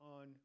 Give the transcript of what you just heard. on